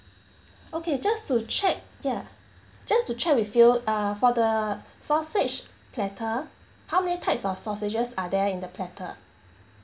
okay just to check ya just to check with you uh for the sausage platter how many types of sausages are there in the platter